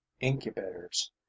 incubators